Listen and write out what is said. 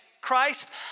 Christ